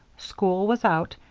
school was out,